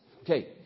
Okay